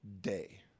day